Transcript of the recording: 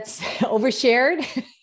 overshared